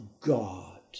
God